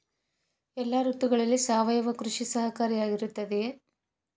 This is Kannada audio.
ಎಲ್ಲ ಋತುಗಳಲ್ಲಿ ಸಾವಯವ ಕೃಷಿ ಸಹಕಾರಿಯಾಗಿರುತ್ತದೆಯೇ?